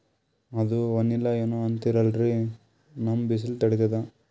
ಅದು ವನಿಲಾ ಏನೋ ಅಂತಾರಲ್ರೀ, ನಮ್ ಬಿಸಿಲ ತಡೀತದಾ?